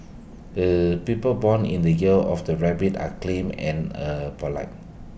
er people born in the year of the rabbit are clam and er polite